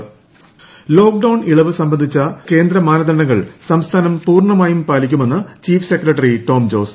Tom Jose lockdown ഇളവ് സംബന്ധിച്ച് കേന്ദ്ര മാനദണ്ഡങ്ങൾ സംസ്ഥാനം പൂർണ്ണമായും പാലിക്കുമെന്ന് ചീഫ് സെക്രട്ടറി ടോം ജോസ്